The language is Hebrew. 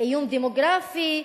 "איום דמוגרפי".